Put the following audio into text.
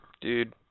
Dude